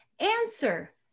answer